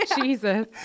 Jesus